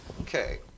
Okay